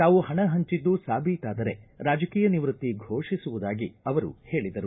ತಾವು ಹಣ ಹಂಚಿದ್ದು ಸಾಬೀತಾದರೆ ರಾಜಕೀಯ ನಿವೃತ್ತಿ ಘೋಷಿಸುವುದಾಗಿ ಅವರು ಹೇಳಿದರು